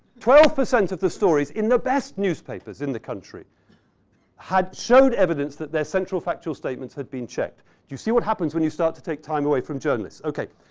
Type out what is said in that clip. twelve percent of the stories in the best newspapers in the country had shown evidence that their central factual statements had been checked. do you see what happens when you start to take time away from journalists? ok.